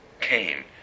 came